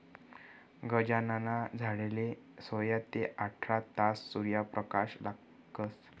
गांजाना झाडले सोया ते आठरा तास सूर्यप्रकाश लागस